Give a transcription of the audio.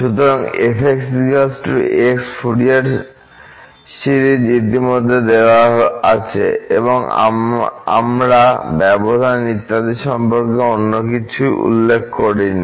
সুতরাং f x Fourier series ইতিমধ্যে দেওয়া আছে এবং আমরা ব্যবধান ইত্যাদি সম্পর্কে অন্য কিছু উল্লেখ করিনি